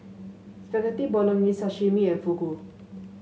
Spaghetti Bolognese Sashimi and Fugu